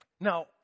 Now